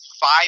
five